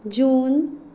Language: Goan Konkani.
जून